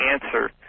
answer